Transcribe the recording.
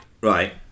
Right